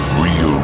real